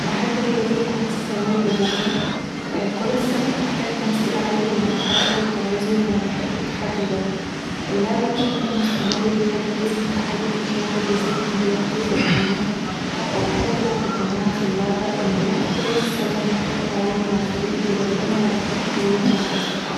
بحب رياضة كرة السله وبجيدها، كرة السلة بتحتاج تنسيق عالي بين الحركة والتوازن، وأنا بحب التحدي ده. اللعب بشكل مستمر بيخلي جسمي في حالة نشاط وبيزيد من لياقتي البدنية بحب روح الجماعه في اللعبة. النجاح في كرة السلة محتاج تعاون مع الفريق، وده بيبني علاقات قوية مع الأصدقاء.